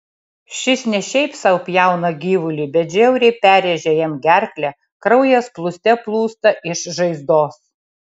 šis ne šiaip sau pjauna gyvulį bet žiauriai perrėžia jam gerklę kraujas plūste plūsta iš žaizdos